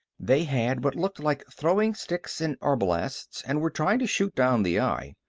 they had what looked like throwing sticks and arbalasts and were trying to shoot down the eye,